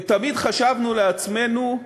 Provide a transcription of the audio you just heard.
ותמיד חשבנו לעצמנו: